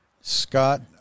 Scott